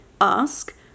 ask